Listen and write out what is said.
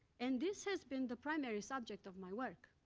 and this has been the primary subject of my work.